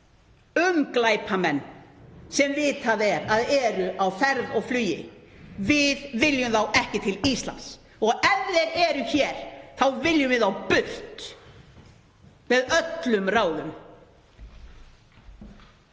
um glæpamenn sem vitað er að eru á ferð og flugi — við viljum þá ekki til Íslands og ef þeir eru hér þá viljum við þá burt með öllum ráðum.